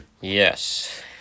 Yes